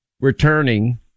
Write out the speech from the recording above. returning